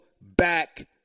back